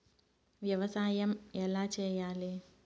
వ్యవసాయం ఎలా చేయాలి?